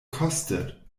kostet